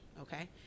okay